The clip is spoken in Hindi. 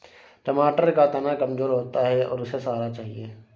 टमाटर का तना कमजोर होता है और उसे सहारा चाहिए